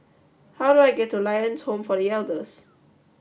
how do I get to Lions Home for The Elders